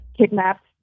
kidnapped